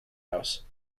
house